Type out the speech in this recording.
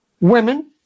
women